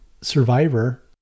survivor